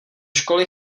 školy